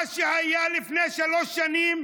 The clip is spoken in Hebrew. מה שהיה לפני שלוש שנים,